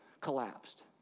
collapsed